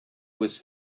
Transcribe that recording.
was